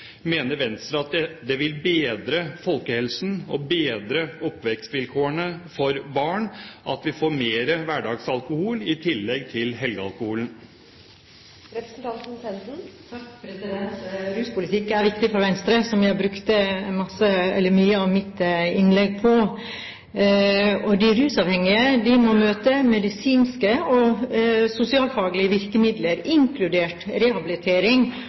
Mener Venstre at det vil bedre folkehelsen og bedre oppvekstvilkårene for barn at vi får mer hverdagsalkohol i tillegg til helgealkoholen? Ruspolitikk er viktig for Venstre, noe jeg brukte mye av mitt innlegg på. De rusavhengige må møte medisinske og sosialfaglige virkemidler, inkludert rehabilitering.